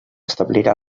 establirà